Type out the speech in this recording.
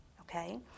okay